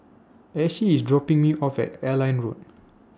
Ashby IS dropping Me off At Airline Road